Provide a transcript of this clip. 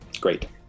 Great